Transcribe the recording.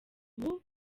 ubu